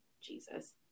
Jesus